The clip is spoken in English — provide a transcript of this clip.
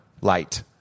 light